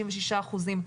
66 אחוזים,